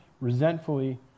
resentfully